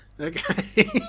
Okay